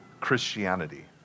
Christianity